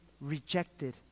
rejected